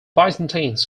byzantines